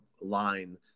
line